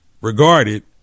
regarded